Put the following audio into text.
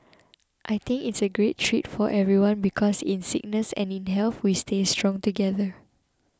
I think it's a great treat for everyone because in sickness and in health we stay strong together